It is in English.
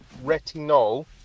Retinol